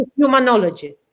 humanology